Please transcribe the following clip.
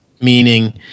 Meaning